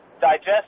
digest